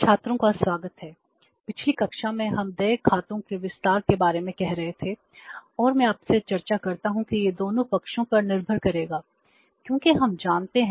छात्रों का स्वागत है पिछली कक्षा में हम देय खातों कहा जाता है